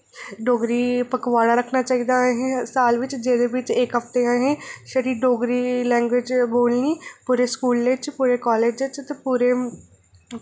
डोगरी पखवाड़ा रक्खना चाहिदा असें साल बिच इक हफ्ते दा असें छड़ी डोगरी लैंग्वेज़ बोलनी पूरे स्कूलै ई पूरे कॉलेज़ च पूरे